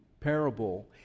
parable